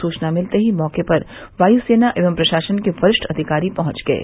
सुचना मिलते ही मौके पर वायू सेना व प्रशासन के वरिष्ठ अधिकारी पहंच गये